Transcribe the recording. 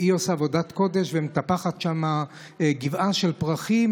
והיא עושה עבודת קודש ומטפחת שם גבעה של פרחים.